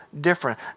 different